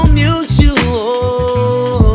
mutual